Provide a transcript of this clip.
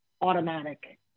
automatic